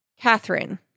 Catherine